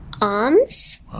arms